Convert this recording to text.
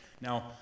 Now